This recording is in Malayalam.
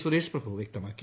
സുരേഷ് പ്രഭു വൃക്തമാക്കി